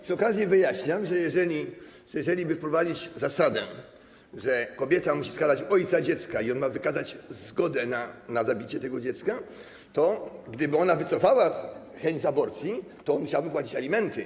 Przy okazji wyjaśniam, że jeżeli by wprowadzić zasadę, że kobieta musi wskazać ojca dziecka i on ma wyrazić zgodę na zabicie tego dziecka, to gdyby ona wycofała chęć aborcji, on musiałby płacić alimenty.